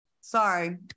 sorry